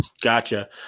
Gotcha